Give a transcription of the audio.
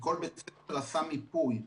כל בית ספר עשה מיפוי.